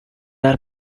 are